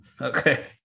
Okay